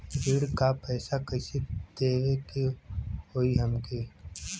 ऋण का पैसा कइसे देवे के होई हमके?